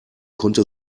konnte